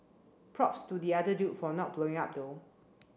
props to the other dude for not blowing up though